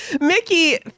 Mickey